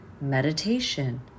Meditation